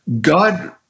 God